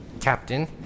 Captain